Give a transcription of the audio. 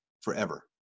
forever